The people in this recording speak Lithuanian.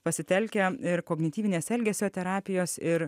pasitelkę ir kognityvinės elgesio terapijos ir